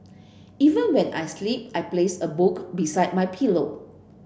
even when I sleep I place a book beside my pillow